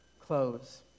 close